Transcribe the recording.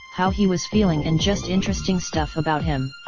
how he was feeling and just interesting stuff about him.